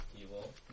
evil